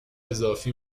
اضافی